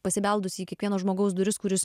pasibeldusi į kiekvieno žmogaus duris kuris